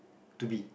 to be